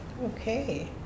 Okay